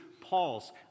Paul's